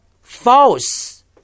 false